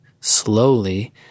slowly